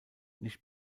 nicht